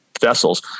vessels